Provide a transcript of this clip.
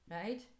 right